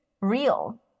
real